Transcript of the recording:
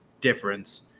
difference